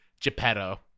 Geppetto